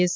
S